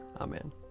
Amen